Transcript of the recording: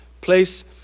place